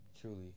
truly